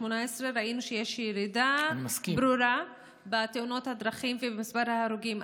ראינו שיש ירידה ברורה בתאונות הדרכים ובמספר ההרוגים.